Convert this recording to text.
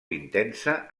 intensa